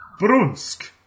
Brunsk